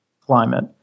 climate